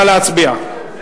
נא להצביע.